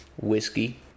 whiskey